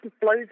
blows